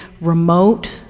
remote